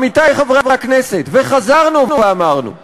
עמיתי חברי הכנסת, וחזרנו ואמרנו,